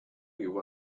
you